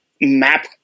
map